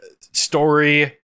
story